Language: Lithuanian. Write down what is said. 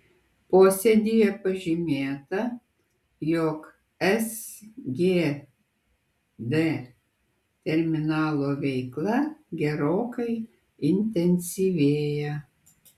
posėdyje pažymėta jog sgd terminalo veikla gerokai intensyvėja